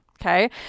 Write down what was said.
Okay